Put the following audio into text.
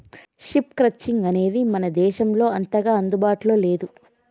sheep crutching అనేది మన దేశంలో అంతగా అందుబాటులో లేదు